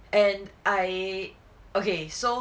and I okay so